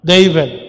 David